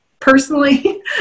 personally